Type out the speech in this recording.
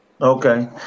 Okay